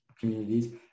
communities